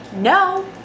No